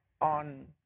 on